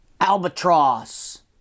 Albatross